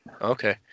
Okay